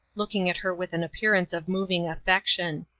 looking at her with an appearance of moving affection.